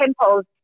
temples